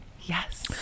Yes